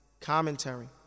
Commentary